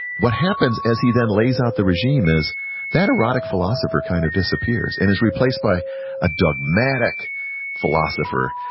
what happens as he then lays out the regime is that erotic philosopher kind of disappears and is replaced by a dogmatic philosopher,